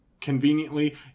conveniently